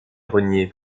renié